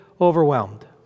overwhelmed